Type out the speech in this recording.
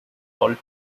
halted